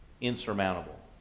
insurmountable